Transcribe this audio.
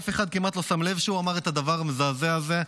אף אחד כמעט לא שם לב שהוא אמר את הדבר המזעזע הזה,